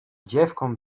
dziewką